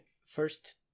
First